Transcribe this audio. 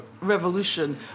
revolution